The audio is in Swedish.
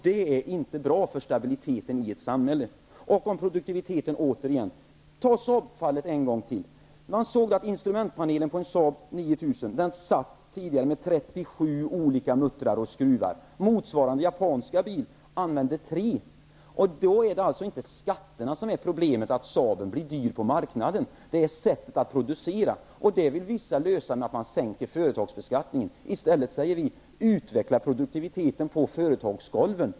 Detta är inte bra för stabiliteten i ett samhälle. Återigen om produktiviteten. Tag Saab-fallet en gång till. Man såg att instrumentpanelen på en Saab 900 tidigare satt fast med 37 olika muttrar och skruvar medan man för motsvarande japanska bil använder tre. Då är det alltså inte skatterna som är orsaken till att Saaben blir dyr på marknaden, utan det är sättet att producera. Detta problem vill vissa personer lösa genom en sänkning av företagsbeskattningen. I stället säger vi: Utveckla produktiviteten på företagsgolven.